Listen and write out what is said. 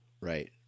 Right